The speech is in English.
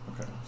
Okay